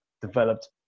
developed